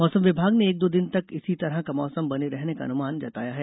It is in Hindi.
मौसम विभाग ने एक दो दिन तक इसी तरह का मौसम बने रहने का अनुमान जताया है